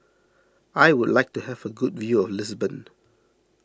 I would like to have a good view of Lisbon